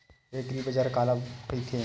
एग्रीबाजार काला कइथे?